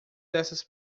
dessas